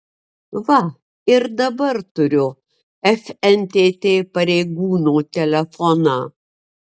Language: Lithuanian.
va ir dabar turiu fntt pareigūno telefoną